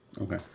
Okay